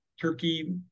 Turkey